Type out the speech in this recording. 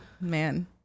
man